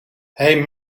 hij